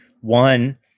one